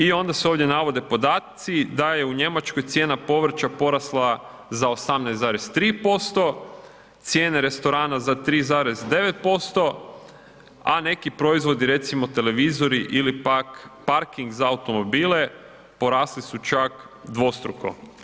I onda se ovdje navode podaci da je u Njemačkoj cijena povrća porasla za 18,3%, cijene restorana za 3,9%, a neki proizvodi recimo televizori ili pak parking za automobile porasli su čak dvostruko.